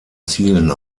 zielen